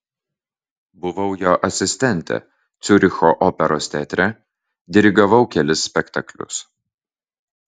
buvau jo asistentė ciuricho operos teatre dirigavau kelis spektaklius